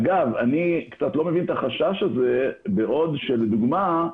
אגב, אני קצת לא מבין את החשש הזה, בעוד שלדוגמה,